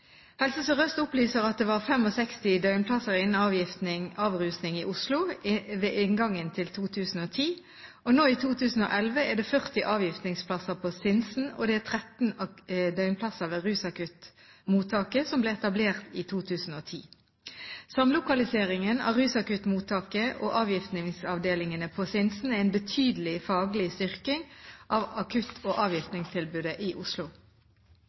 Helse Sør-Øst opplyser at det var 65 døgnplasser innen avgiftning/avrusning i Oslo ved inngangen til 2010. Nå i 2011 er det 40 avgiftningsplasser på Sinsen, og det er 13 døgnplasser ved Rusakuttmottaket, som ble etablert i 2010. Samlokaliseringen av rusakuttmottaket og avgiftningsavdelingene på Sinsen er en betydelig faglig styrking av akutt- og avgiftningstilbudet i Oslo.